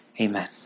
Amen